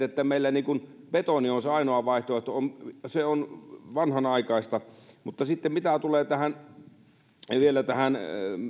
että meillä betoni olisi ainoa vaihtoehto on vanhanaikainen mutta sitten mitä tulee vielä tähän